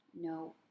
No